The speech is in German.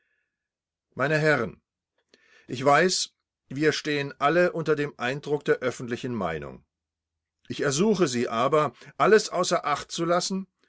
m h ich weiß wir stehen alle unter dem eindruck der öffentlichen meinung ich ersuche sie aber alles außer acht zu lassen